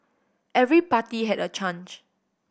every party had a chance